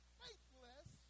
faithless